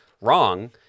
wrong